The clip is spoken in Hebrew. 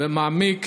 ומעמיק